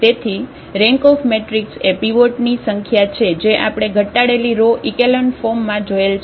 તેથી rank of matrix એ પીવોટની સંખ્યા છે જે આપણે ઘટાડેલી રો ઇકેલોન ફોર્મમાં જોયેલ છે